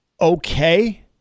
okay